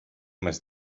més